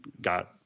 got